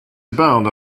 abound